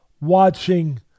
watching